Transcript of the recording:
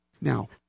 now